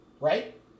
right